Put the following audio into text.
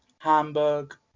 Hamburg